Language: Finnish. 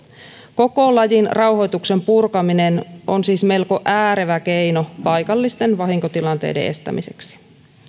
koko lajin rauhoituksen purkaminen on siis melko äärevä keino paikallisten vahinkotilanteiden estämiseksi